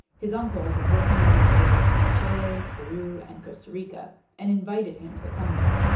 his uncle was working on railroads in chile, peru and costa rica and invited him to come there